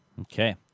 Okay